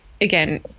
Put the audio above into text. again